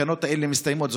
התקנות האלה מסתיימות,